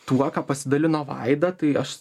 tuo ką pasidalino vaida tai aš